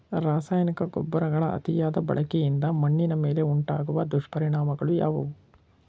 ರಾಸಾಯನಿಕ ಗೊಬ್ಬರಗಳ ಅತಿಯಾದ ಬಳಕೆಯಿಂದ ಮಣ್ಣಿನ ಮೇಲೆ ಉಂಟಾಗುವ ದುಷ್ಪರಿಣಾಮಗಳು ಯಾವುವು?